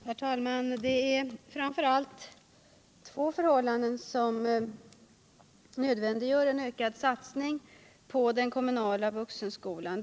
Herr talman! Det är framför allt två förhållanden som nödvändiggör en ökad satsning på den kommunala vuxenskolan.